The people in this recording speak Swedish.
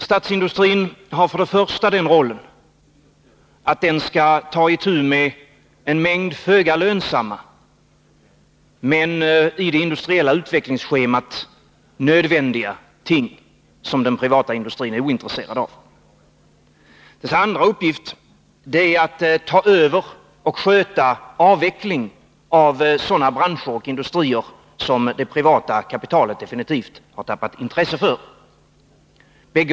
Statsindustrins första roll är att ta itu med en mängd föga lönsamma men i det industriella utvecklingsskedet nödvändiga ting, som den privata industrin är ointresserad av. Dess andra uppgift är att ta över och sköta avvecklingen av sådana branscher och industrier som det privata kapitalet definitivt har tappat intresset för.